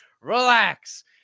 Relax